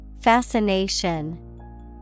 Fascination